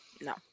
No